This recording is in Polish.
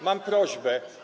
Mam prośbę.